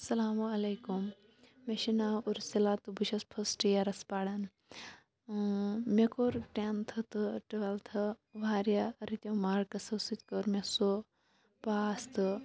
اسلام علیکم مےٚ چھُ ناو اُرسِلا تہٕ بہٕ چھَس فسٹہٕ یِیَرَس پَران مےٚ کوٚر ٹیٚنتھٕ تہٕ ٹُویٚلتھٕ واریاہ رٕتۍ یو مارکسَو سۭتۍ کٔر مےٚ سُہ پاس تہٕ